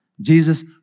Jesus